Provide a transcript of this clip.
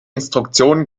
instruktionen